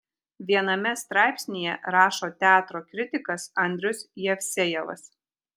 viename straipsnyje rašo teatro kritikas andrius jevsejevas